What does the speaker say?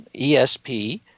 ESP